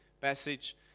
passage